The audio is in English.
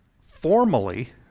formally